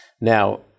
Now